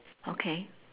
okay